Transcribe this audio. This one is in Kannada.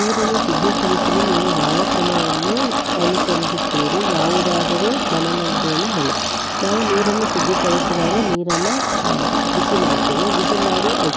ನೀರನ್ನು ಶುದ್ಧೀಕರಿಸಲು ನೀವು ಯಾವ ಕ್ರಮವನ್ನು ಅನುಸರಿಸುತ್ತೀರಿ ಯಾವುದಾದರೂ ಮನೆ ಮದ್ದನ್ನು ಹೇಳಿ ನಾವು ನೀರನ್ನು ಶುದ್ಧೀಕರಿಸೋದಾರೆ ನೀರನ್ನು ಬಿಸಿ ಮಾಡ್ತೇವೆ ಬಿಸಿ ಮಾಡಿ